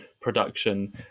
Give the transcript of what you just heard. production